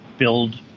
build